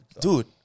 dude